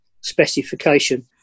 specification